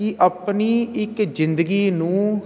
ਕਿ ਆਪਣੀ ਇੱਕ ਜ਼ਿੰਦਗੀ ਨੂੰ